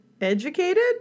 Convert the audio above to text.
educated